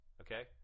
Okay